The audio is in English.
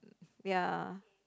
ya